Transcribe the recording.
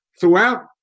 throughout